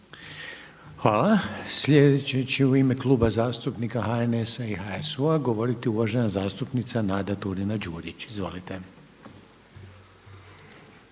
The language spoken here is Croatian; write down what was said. Hvala. Sljedeća će u ime Kluba zastupnika HNS, HSU-a govoriti uvažena zastupnica Božica Makar. Izvolite.